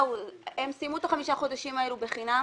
הן סיימו את חמשת החודשים האלו בחינם